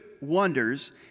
wonders